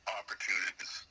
opportunities